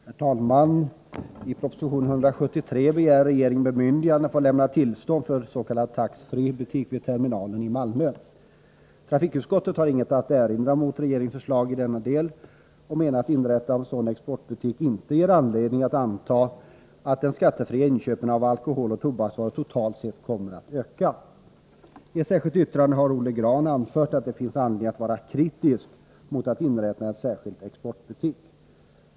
Herr talman! I proposition 173 begär regeringen bemyndigande att få lämna tillstånd tills.k. tax-free shop vid terminalen i Malmö. Trafikutskottet har inget att erinra mot regeringens förslag i denna del. Utskottet menar att inrättandet av en sådan exportbutik inte ger anledning att anta att de skattefria inköpen av alkoholoch tobaksvaror totalt sett kommer att öka. I ett särskilt yttrande har Olle Grahn anfört att det finns anledning att vara kritisk mot att inrätta en särskild exportbutik.